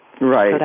Right